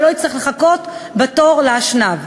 ולא יצטרך לחכות בתור לאשנב,